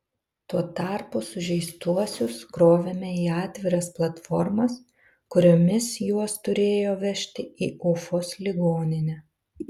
tuo tarpu sužeistuosius krovėme į atviras platformas kuriomis juos turėjo vežti į ufos ligoninę